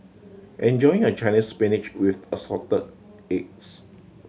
enjoy your Chinese Spinach with Assorted Eggs